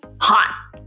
hot